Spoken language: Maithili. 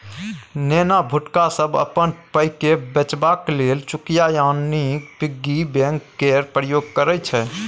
नेना भुटका सब अपन पाइकेँ बचेबाक लेल चुकिया यानी पिग्गी बैंक केर प्रयोग करय छै